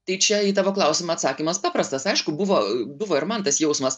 tai čia į tavo klausimą atsakymas paprastas aišku buvo buvo ir man tas jausmas